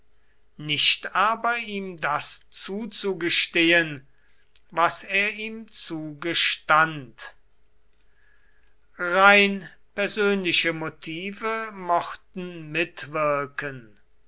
nicht aber ihm das zuzugestehen was er ihm zugestand rein persönliche motive mochten mitwirken